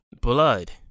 blood